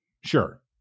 Sure